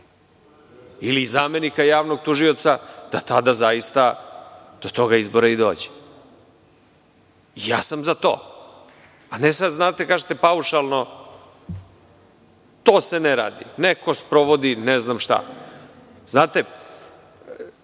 ili zamenika javnog tužioca, da tada zaista do toga izbora i dođe. I ja sam za to. Ne sad, znate da kažete paušalno – to se ne radi, neko sprovodi ne znam šta. Znate,